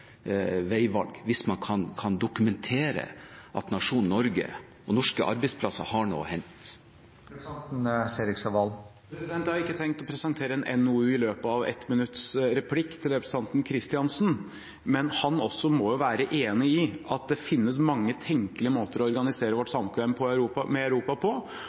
veivalg hvis man kan dokumentere at nasjonen Norge og norske arbeidsplasser har noe å hente. Jeg har ikke tenkt å presentere en NOU i løpet av en 1 minutts replikk til representanten Kristiansen, men han må også være enig i at det finnes mange tenkelige måter å organisere vårt samkvem med Europa på. Det flertallet i den norske befolkningen som ser problemer med